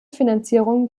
finanzierung